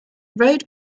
road